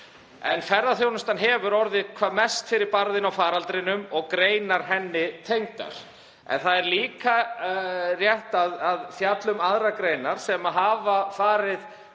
Ferðaþjónustan hefur orðið hvað mest fyrir barðinu á faraldrinum og greinar henni tengdar. En það er líka rétt að fjalla um aðrar greinar sem hafa farið